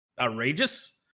outrageous